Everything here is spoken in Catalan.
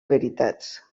veritats